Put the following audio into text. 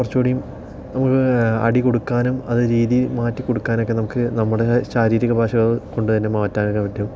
കുറച്ചു കൂടിയും അടി കൊടുക്കാനും അത് രീതി മാറ്റിക്കൊടുക്കാനൊക്കെ നമുക്ക് നമ്മുടെ ശാരീരിക ഭാഷ കൊണ്ട് തന്നെ മാറ്റാനൊക്കെ പറ്റും